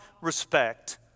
respect